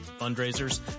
fundraisers